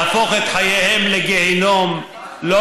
להפוך את חייהם לגיהינום, חס וחלילה.